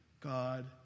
God